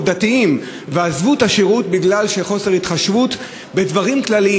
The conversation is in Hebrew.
ועזבו בגלל חוסר התחשבות בדברים כלליים.